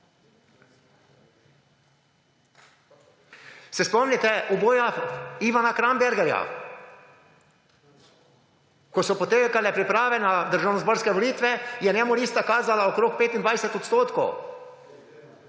Se spomnite uboja Ivana Krambergerja? Ko so potekale priprave na državnozborske volitve, je njemu lista kazala okoli 25 %.